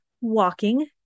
walking